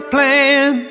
plan